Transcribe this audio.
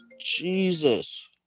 Jesus